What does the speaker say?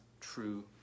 true